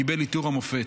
קיבל עת עיטור המופת.